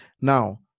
now